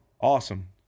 Awesome